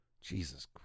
Jesus